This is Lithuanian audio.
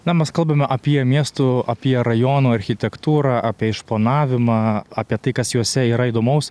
na mes kalbame apie miestų apie rajono architektūrą apie išplanavimą apie tai kas juose yra įdomaus